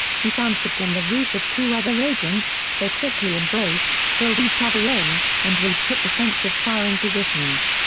he found woods on the roof with two other agents, they quickly embraced, filled each other in, and retook defensive firing positions.